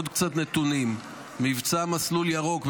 עוד קצת נתונים: מבצע מסלול ירוק,